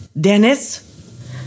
Dennis